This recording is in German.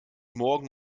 morgen